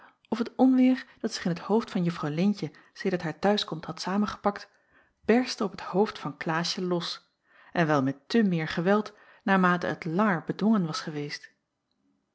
of het onweêr dat zich in t hoofd van juffrouw leentje sedert haar t'huiskomst had samengepakt berstte op het hoofd van klaasje los en wel met te meer geweld naarmate het langer bedwongen was geweest